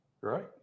right